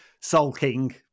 sulking